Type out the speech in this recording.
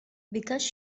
because